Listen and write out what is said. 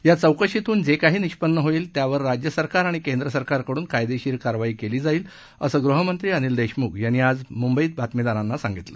या चौकशीतून जे काही निष्पन्न होईल त्यावर राज्यसरकार आणि केंद्रसरकारकडून कायदेशीर कारवाई केली जाईल असं गृहमंत्री अनिल देशमुख यांनी आज मुंबईत बातमीदारांशी बोलताना सांगितलं